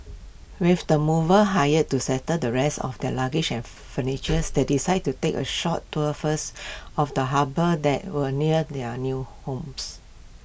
with the movers hired to settle the rest of their luggage and furniture's they decided to take A short tour first of the harbour that ware near their new home